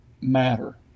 matter